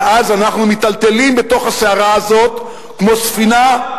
ואז אנחנו מיטלטלים בתוך הסערה הזאת כמו ספינה,